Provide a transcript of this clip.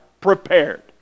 prepared